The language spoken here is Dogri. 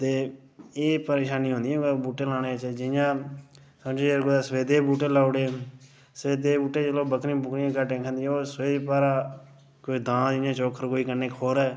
ते एह् परेशानी होंदी ऐ बूह्टे लाने च जि'यां समझो कुतै सफेदे दे बूहटे लाई ओड़े सफेदे दे बूह्टे चलो बकरियां बुकरियां घट्ट गै खंदियां ओह् सोहे दी बाह्ऱै कोई दांद कोई चौक्खर कन्नै खुर गै